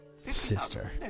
Sister